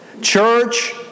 Church